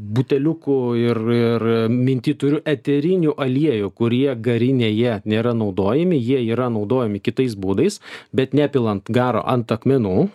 buteliukų ir ir minty turiu eterinių aliejų kurie garinėje nėra naudojami jie yra naudojami kitais būdais bet ne pilant garo ant akmenų